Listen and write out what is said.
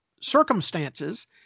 circumstances